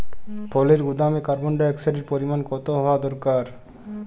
ফলের গুদামে carbon di অক্সাইডের পরিমাণ কত হওয়া দরকার?